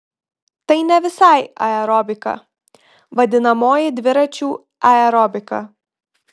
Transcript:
tai ne visai aerobika vadinamoji dviračių aerobika